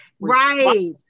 Right